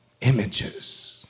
images